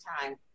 time